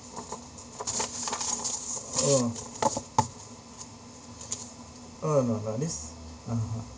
oh oh no no this (uh huh)